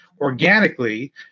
organically